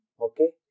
Okay